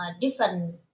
different